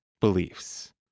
beliefs